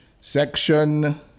Section